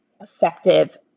effective